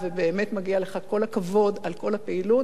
ובאמת מגיע לך כל הכבוד על כל הפעילות